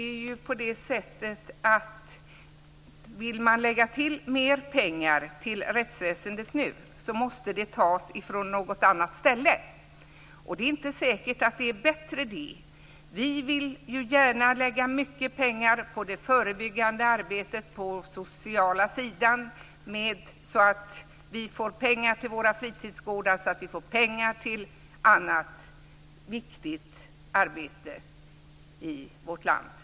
Fru talman! Om man vill lägga mer pengar på rättsväsendet nu, måste de tas från något annat ställe. Det är inte säkert att det är bättre. Vi vill gärna lägga mycket pengar på det förebyggande arbetet på den sociala sidan så att vi får pengar till våra fritidsgårdar och annat viktigt arbete i vårt land. Men det går åt mycket pengar.